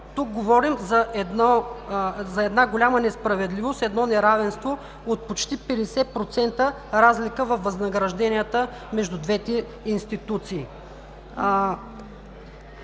Тук говорим за голяма несправедливост, неравенство от почти 50% разлика във възнагражденията между двете институции.